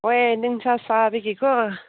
ꯍꯣꯏ ꯅꯨꯡꯁꯥ ꯁꯥꯕꯒꯤꯀꯣ